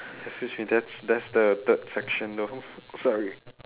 excuse me that's that's the the third section though sorry